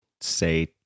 say